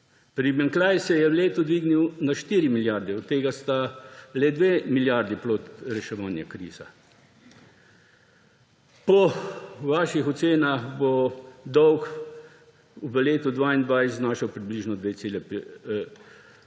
Primanjkljaj se je v letu dvignil na 4 milijarde, od tega sta le 2 milijardi plod reševanja krize. Po vaših ocenah bo dolg v letu 2022 znašal približno 2,5 milijarde,